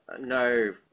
no